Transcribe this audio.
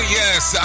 yes